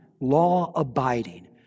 law-abiding